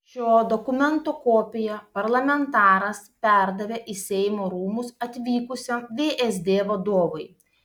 šio dokumento kopiją parlamentaras perdavė į seimo rūmus atvykusiam vsd vadovui